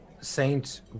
Saint